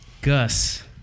Gus